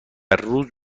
روز